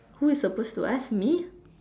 who is suppose to ask me